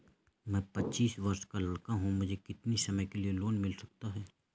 मैं पच्चीस वर्ष का लड़का हूँ मुझे कितनी समय के लिए लोन मिल सकता है?